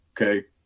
Okay